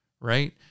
right